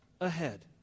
ahead